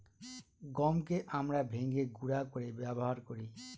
গমকে আমরা ভেঙে গুঁড়া করে ব্যবহার করি